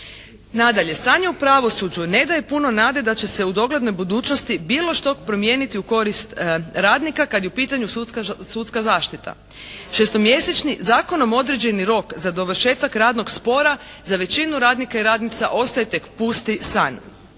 Nadalje, stanje u pravosuđu ne daje puno nade da će se u doglednoj budućnosti bilo što promijeniti u korist radnika kad je u pitanju sudska zaštita. Šestomjesečni zakonom određeni rok za dovršetak radnog spora za većinu radnika i radnica ostaje tek pusti san.